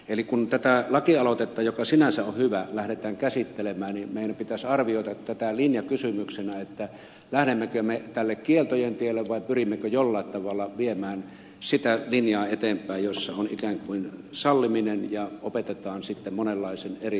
eli kun tätä lakialoitetta joka sinänsä on hyvä lähdetään käsittelemään meidän pitäisi arvioida tätä linjakysymyksenä lähdemmekö me tälle kieltojen tielle vai pyrimmekö jollain tavalla viemään sitä linjaa eteenpäin jossa on ikään kuin salliminen ja opetetaan tapakulttuurin ja muun kautta